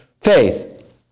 faith